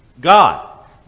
God